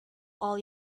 all